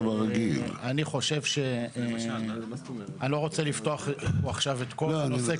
אני לא רוצה לפתוח פה עכשיו את כל הנושא.